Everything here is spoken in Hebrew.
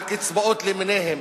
על קצבאות למיניהן,